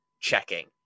checking